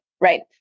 right